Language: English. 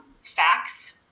facts